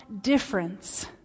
difference